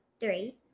Three